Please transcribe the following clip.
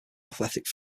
athletic